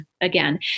again